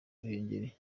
ruhengeli